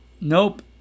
Nope